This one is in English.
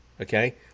okay